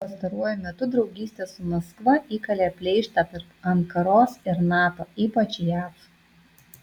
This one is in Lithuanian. pastaruoju metu draugystė su maskva įkalė pleištą tarp ankaros ir nato ypač jav